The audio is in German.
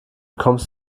kommst